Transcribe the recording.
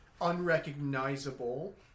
unrecognizable